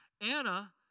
Anna